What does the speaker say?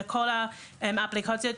כל האפליקציות,